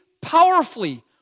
powerfully